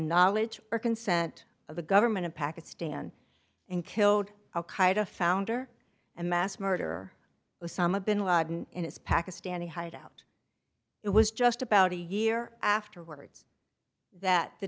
knowledge or consent of the government of pakistan and killed al qaeda founder and mass murderer osama bin laden in his pakistani hideout it was just about a year afterwards that the